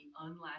unlatched